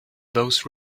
those